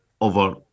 over